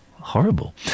Horrible